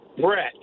Brett